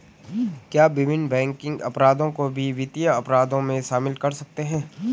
क्या विभिन्न बैंकिंग अपराधों को भी वित्तीय अपराधों में शामिल कर सकते हैं?